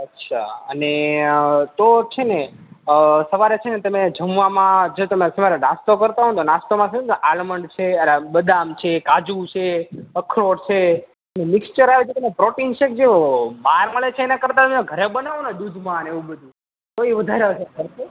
અચ્છા અને અને તો છે ને સવારે છે ને તમે જમવામાં જો તમે સવારે નાસ્તો કરતાં હોવને તો નાસ્તામાં છે ને આલ્મંડ છે બદામ છે કાજુ છે અખરોટ છે અને મિક્ષર આવે છે ને પ્રોટીન શેક જેવો બાર મળે છે એના કરતાં ઘરે બનાવોને દૂધમાંને એવું બધું તો એ વધારે અસર કરશે